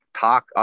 talk